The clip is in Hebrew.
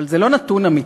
אבל זה לא נתון אמיתי,